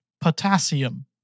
Potassium